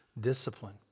Discipline